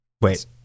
Wait